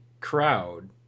crowd